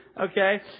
okay